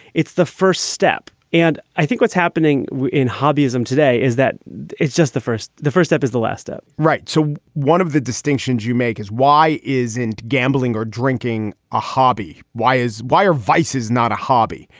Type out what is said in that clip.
it's the first step. and i think what's happening in hobby ism today is that it's just the first the first ep is the last up right. so one of the distinctions you make is why is it gambling or drinking a hobby? why is why are vices not a hobby?